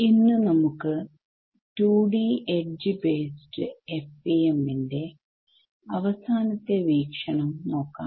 ഇന്ന് നമുക്ക് 2D edge based FEM ന്റെ അവസാനത്തെ വീക്ഷണം നോക്കാം